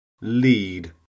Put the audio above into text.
Lead